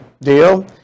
deal